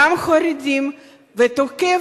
גם חרדים, ותוקף,